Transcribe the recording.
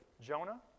Jonah